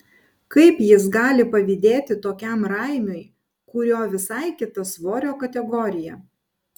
kaip jis gali pavydėti tokiam raimiui kurio visai kita svorio kategorija